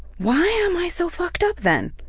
why am i so fucked up then?